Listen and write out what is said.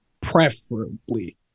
preferably